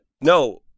No